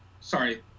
sorry